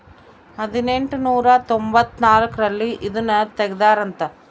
ಹದಿನೆಂಟನೂರ ತೊಂಭತ್ತ ನಾಲ್ಕ್ ರಲ್ಲಿ ಇದುನ ತೆಗ್ದಾರ ಅಂತ